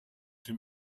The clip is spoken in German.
dem